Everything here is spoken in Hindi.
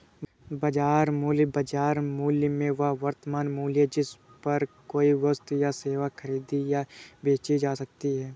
बाजार मूल्य, बाजार मूल्य में वह वर्तमान मूल्य है जिस पर कोई वस्तु या सेवा खरीदी या बेची जा सकती है